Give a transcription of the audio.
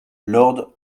lord